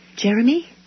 Jeremy